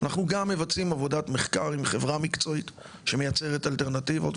אנחנו גם מבצעים עבודת מחקר עם חברה מקצועית שמייצרת אלטרנטיבות,